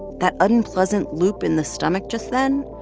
that unpleasant loop in the stomach just then,